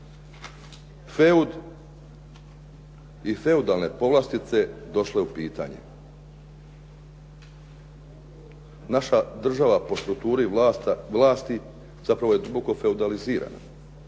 feud i feudalne povlastice došle u pitanje. Naša država po strukturi vlasti zapravo je toliko feudalizirana,